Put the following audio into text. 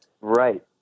Right